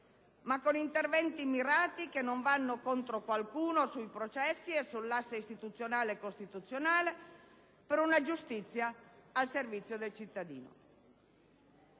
ma con interventi mirati che non vanno contro qualcuno sui processi e sull'asse istituzionale‑costituzionale per una giustizia al servizio del cittadino».